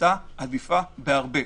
היתה עדיפה בהרבה.